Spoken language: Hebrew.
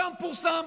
היום פורסם